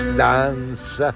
dance